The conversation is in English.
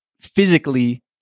physically